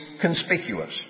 conspicuous